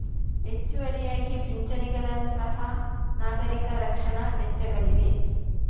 ಹೆಚ್ಚುವರಿಯಾಗಿ ಪಿಂಚಣಿಗಳಂತಹ ನಾಗರಿಕ ರಕ್ಷಣಾ ವೆಚ್ಚಗಳಿವೆ